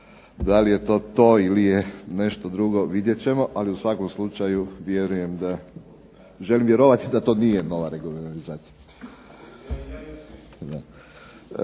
Da li je to to ili je nešto drugo vidjet ćemo, ali u svakom slučaju vjerujem da, želim vjerovati da to nije nova regionalizacija.